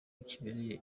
giherereye